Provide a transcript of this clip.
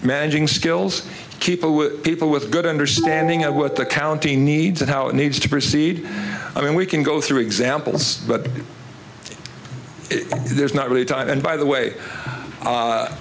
managing skills people with people with good understanding of what the accounting needs and how it needs to proceed i mean we can go through examples but there's not really time and by the way